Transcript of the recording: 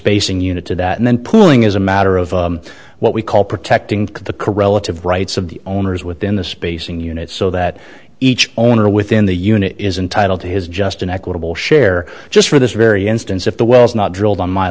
spacing unit to that and then pulling is a matter of what we call protecting the corella to rights of the owners within the spacing unit so that each owner within the unit is entitled to his just an equitable share just for this very instance if the well is not drilled on my